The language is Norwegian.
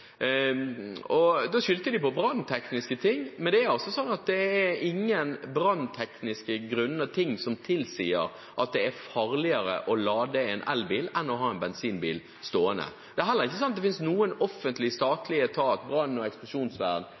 2016. Da nektet styret i Fossum Boligsameie elbileiere å lade i fellesgarasjen. De skyldte på branntekniske ting, men det er ikke noe brannteknisk som tilsier at det er farligere å lade en elbil enn å ha en bensinbil stående. Det finnes heller ikke noen offentlig statlig etat – brann- og eksplosjonsvern,